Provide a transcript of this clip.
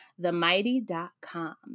themighty.com